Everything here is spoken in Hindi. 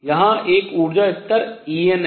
यहाँ एक ऊर्जा स्तर En है